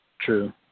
True